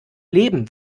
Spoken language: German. leben